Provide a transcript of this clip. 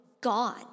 gone